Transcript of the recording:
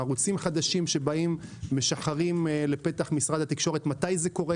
ערוצים חדשים שבאים ומשחרים לפתחו של משרד התקשורת מתי זה קורה,